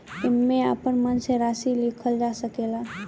एईमे आपन मन से राशि लिखल जा सकेला